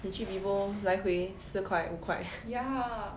去 vivo 来回四块五块